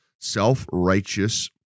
self-righteous